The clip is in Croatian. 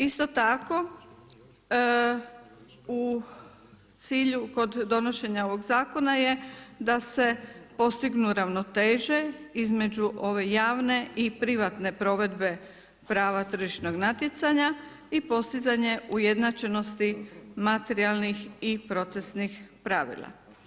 Isto tako u cilju kod donošenja ovog zakona je da se postignu ravnoteže između ove javne i privatne provedbe prava tržišnog natjecanja i postizanje ujednačenosti materijalnih i procesnih pravila.